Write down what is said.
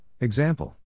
Example